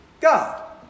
God